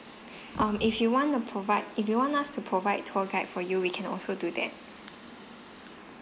um if you want to provide if you want us to provide tour guide for you we can also do that